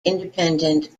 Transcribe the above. independent